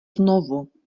znovu